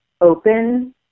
open